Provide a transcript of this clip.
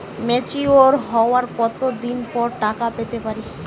Mature হওয়ার কত দিন পর টাকা পেতে পারি?